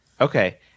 Okay